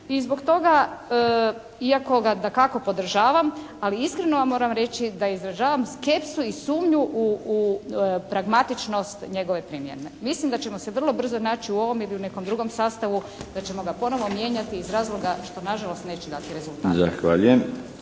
i zbog toga iako ga dakako podržavam, ali iskreno vam moram reći da izražavam skepsu i sumnju u pragmatičnost njegove primjene. Mislim da ćemo se vrlo brzo naći u ovome ili u nekom drugom sastavu, da ćemo ga ponovo mijenjati iz razloga što na žalost neće dati rezultate.